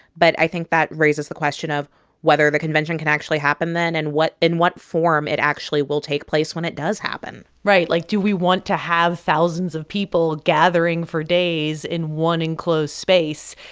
but i think that raises the question of whether the convention can actually happen then and in what form it actually will take place when it does happen right. like, do we want to have thousands of people gathering for days in one enclosed space?